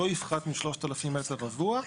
לא יפחת מ-3,000 מטר רבוע.